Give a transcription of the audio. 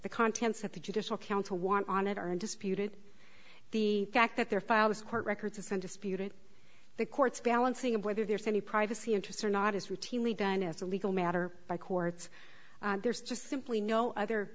the contents of the judicial council want on it are undisputed the fact that their file this court records isn't disputed the court's balancing of whether there's any privacy interests or not is routinely done as a legal matter by courts there's just simply no other